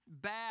bad